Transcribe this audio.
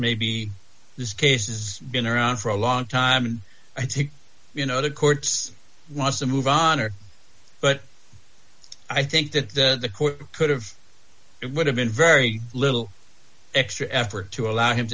maybe this case has been around for a long time i think you know the courts want to move on or but i think that the court could have it would have been very little extra effort to allow him